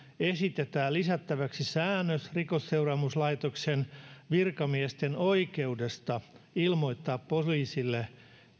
esitetään lisättäväksi säännös rikosseuraamuslaitoksen virkamiesten oikeudesta ilmoittaa poliisille